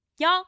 Y'all